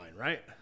right